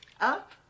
up